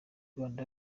rwanda